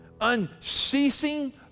Unceasing